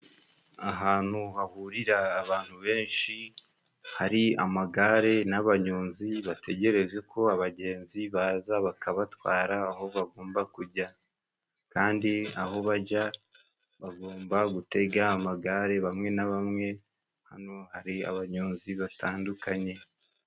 Ahantu hahurira abantu benshi, hari amagare n'abanyonzi bategereje ko abagenzi baza, bakabatwara aho bagomba kujya. Kandi aho bajya, bagomba gutega amagare; bamwe na bamwe hano, hari abanyonzi batandukanye.